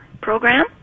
program